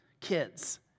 kids